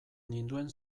ninduen